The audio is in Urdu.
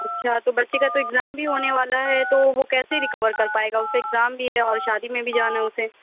اچھا تو بچے کا تو ایکزام بھی ہونے والا ہے تو وہ کیسے ریکور کر پائے گا اُسے ایکزام بھی ہے اور شادی میں بھی جانا ہے اُسے